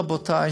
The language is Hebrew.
רבותי,